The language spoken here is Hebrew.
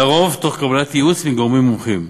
לרוב תוך קבלת ייעוץ מגורמים מומחים.